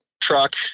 truck